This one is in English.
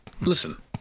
listen